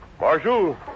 Marshal